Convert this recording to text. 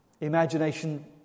imagination